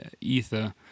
ether